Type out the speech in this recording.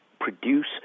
produce